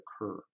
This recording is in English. occur